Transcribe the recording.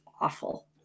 awful